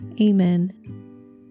Amen